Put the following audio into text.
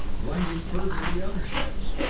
blinding further the other ships,